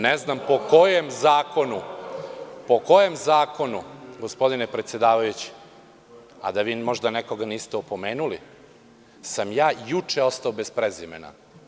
Ne znam po kojem zakonu, gospodine predsedavajući, a da vi možda nekoga niste opomenuli, sam ja juče ostao bez prezimena?